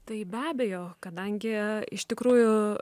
tai be abejo kadangi iš tikrųjų